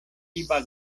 iba